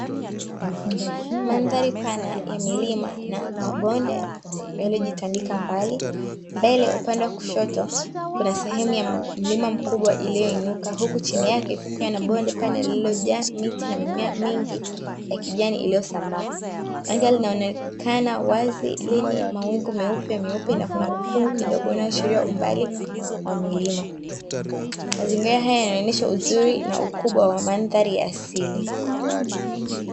Mandhari pana ya milima na mabonde yaliyojitandika mbali. mbele upande wa kushoto kuna sehemu ya mlima mkubwa iliyoinuka huku chini yake kukiwa na bonde pana lililojaa miti na mimea mingi ya kijani iliyosambaa, anga linaonekana wazi lenye mawingu meupemeupu na kuna ukungu kidogo unaoashiria umbali wa milima. mazingira haya yanaonyesha uzuri na ukubwa wa mandhari ya asili.